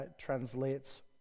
translates